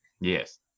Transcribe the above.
Yes